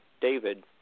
David